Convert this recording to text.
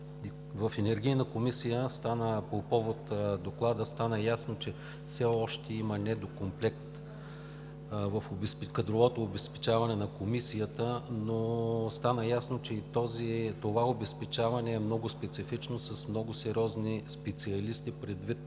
в Енергийната комисия по повод Доклада стана ясно, че все още има недокомплект в кадровото обезпечаване на Комисията. Но стана ясно, че това обезпечаване е много специфично, с много сериозни специалисти, предвид